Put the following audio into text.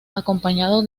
acompañado